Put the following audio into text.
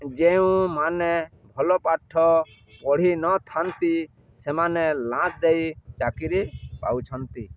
ଯେଉଁମାନେ ଭଲ ପାଠ ପଢ଼ି ନଥାନ୍ତି ସେମାନେ ଲାଞ୍ଚ ଦେଇ ଚାକିରି ପାଉଛନ୍ତି